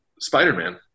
spider-man